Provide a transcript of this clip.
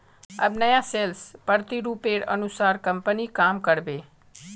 अब नया सेल्स प्रतिरूपेर अनुसार कंपनी काम कर बे